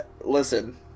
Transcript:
Listen